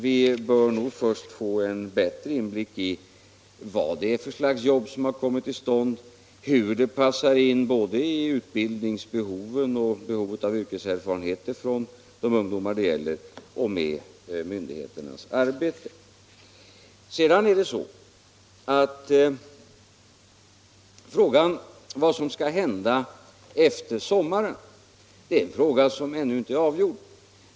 Vi bör nog först få en bättre inblick i vad det är för slags jobb som har kommit till stånd, hur det passar in med utbildningsbehoven och behovet av yrkeserfarenhet hos de ungdomar det gäller och med myndigheternas arbete. Frågan vad som skall hända efter sommaren är ännu inte avgjord.